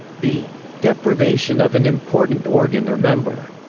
the deprivation of an important organ or member,